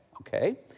Okay